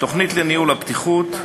תוכנית לניהול הבטיחות,